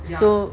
so